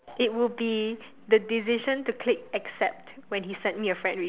it would be the decision to click accept when he sent me a friend re